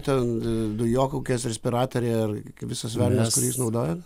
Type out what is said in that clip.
ten dujokaukės respiratoriai ar visas velnias kurį jūs naudojat